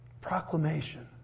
Proclamation